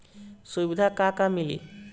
सुविधा का का मिली?